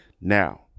Now